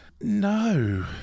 No